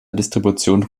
distribution